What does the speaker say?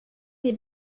des